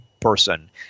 person